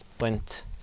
went